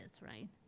right